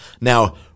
Now